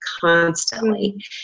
constantly